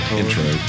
intro